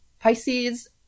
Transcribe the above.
pisces